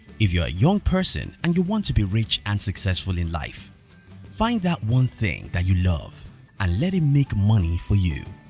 if you're a young person and you want to be rich and successful in life find that one thing that you love and ah let it make money for you.